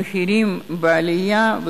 המחירים בעלייה,